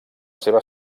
seva